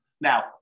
Now